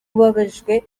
ubabajwe